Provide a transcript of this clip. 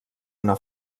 una